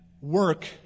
work